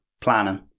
Planning